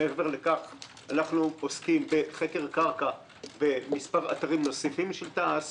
מעבר לכך אנחנו עוסקים בחקר קרקע במספר אתרים נוספים של תע"ש,